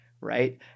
right